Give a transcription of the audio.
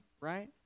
right